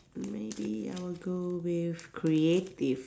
maybe I will go with creative